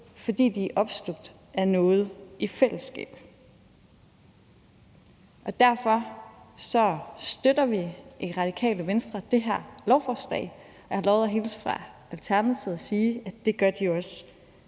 fordi de er opslugt af noget i fællesskab. Derfor støtter vi i Radikale Venstre det her lovforslag. Jeg har lovet at hilse fra Alternativet og sige, at det gør de også.